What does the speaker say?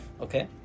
okay